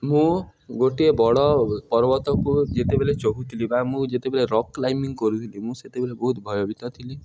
ମୁଁ ଗୋଟିଏ ବଡ଼ ପର୍ବତକୁ ଯେତେବେଳେ ଚଢ଼ୁଥିଲି ବା ମୁଁ ଯେତେବେଳେ ରକ୍ କ୍ଲାଇମ୍ବିଙ୍ଗ କରୁଥିଲି ମୁଁ ସେତେବେଳେ ବହୁତ ଭୟବୀତ ଥିଲି